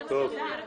זה מה שאני אומרת.